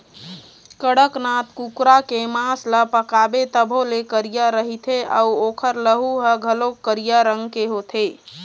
कड़कनाथ कुकरा के मांस ल पकाबे तभो ले करिया रहिथे अउ ओखर लहू ह घलोक करिया रंग के होथे